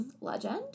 Legend